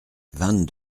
vingt